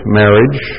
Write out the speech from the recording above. marriage